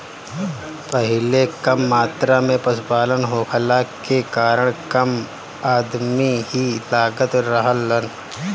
पहिले कम मात्रा में पशुपालन होखला के कारण कम अदमी ही लागत रहलन